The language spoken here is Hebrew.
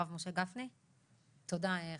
חבר הכנסת הרב משה גפני, בבקשה.